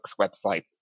website